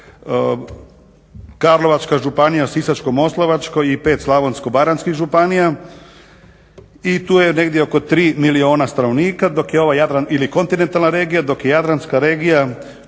Karlovačka županija, Sisačko-moslavačka i 5 Slavonsko-baranjskih županija i tu je negdje oko 3 milijuna stanovnika dok je ovaj Jadran ili kontinentalna regija, dok je Jadranka regija